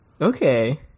Okay